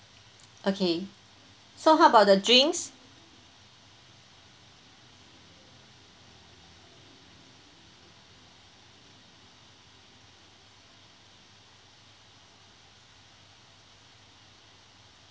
okay so how about the drinks